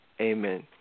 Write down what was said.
amen